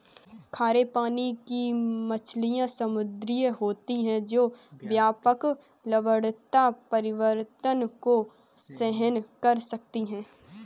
खारे पानी की मछलियाँ समुद्री होती हैं जो व्यापक लवणता परिवर्तन को सहन कर सकती हैं